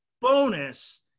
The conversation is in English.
bonus